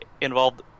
involved